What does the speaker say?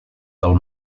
del